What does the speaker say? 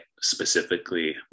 specifically